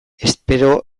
espero